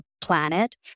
planet